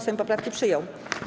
Sejm poprawki przyjął.